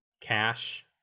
cash